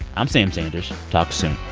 i'm sam sanders. talk soon